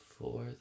Fourth